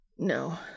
No